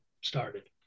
started